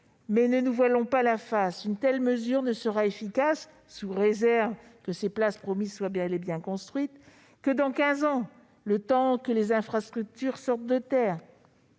Ne nous voilons pas la face : une telle mesure ne sera efficace, sous réserve que les places promises soient bel et bien construites, que dans quinze ans, soit le temps que les infrastructures sortent de terre.